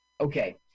Okay